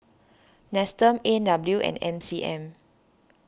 Nestum A and W and M C M